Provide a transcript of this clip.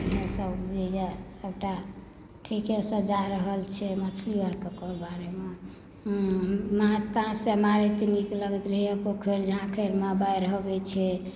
बढ़ियेँ सँ उपजइए सबटा ठीकेसँ जा रहल छै मछली अरके बारेमे माछ ताछ से मारैत नीक लगैत रहइए पोखरि जाके मारि अबय छी